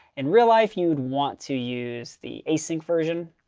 in real life, you would want to use the async version.